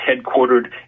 headquartered